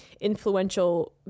influential